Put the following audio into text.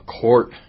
court